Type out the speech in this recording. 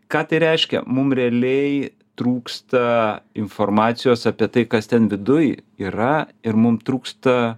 ką tai reiškia mum realiai trūksta informacijos apie tai kas ten viduj yra ir mum trūksta